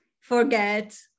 forget